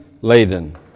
laden